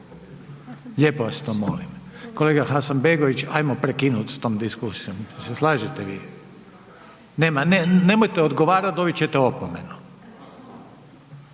Lijepo vas to molim. Kolega Hasanbegović, ajmo prekinuti s tom diskusijom, se slažete vi? Nema, nemojte odgovarati, dobit ćete opomenu.